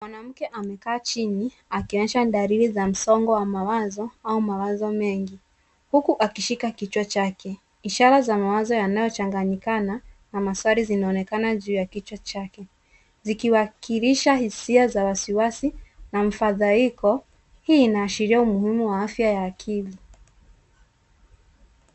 Mwanamke amekaa chini akionyesha dalili za msongo wa mawazo au mawazo mengi huku akishika kichwa chake. Ishara za mawazo yanayochanganyikana na maswali yanaonekana juu ya kichwa chake zikiwakilisha hisia za wasiwasi na mfadhaiko. Hii inaashiria umuhimu wa afya ya akili.